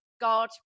God